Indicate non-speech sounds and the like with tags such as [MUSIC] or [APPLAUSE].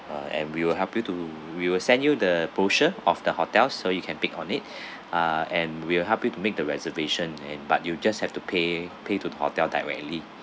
and we will help you to we will send you the brochure of the hotels so you can pick on it [BREATH] uh and we will help you make the reservation and but you just have to pay pay to the hotel directly